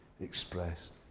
expressed